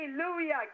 Hallelujah